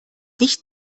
nicht